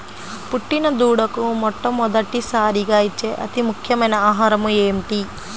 పుట్టిన దూడకు మొట్టమొదటిసారిగా ఇచ్చే అతి ముఖ్యమైన ఆహారము ఏంటి?